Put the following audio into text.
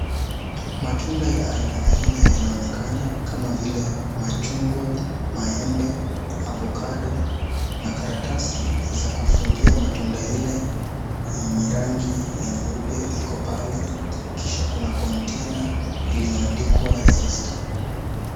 Matunda ya aina aina yanaonekana kama vile machungwa, maembe, avocado, na karatasi za kufungia matunda ile yenye rangi ya nyeupe iko pale, kuna container iliyoandikwa Zesta